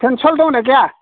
pencil दंना गैया